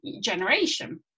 generation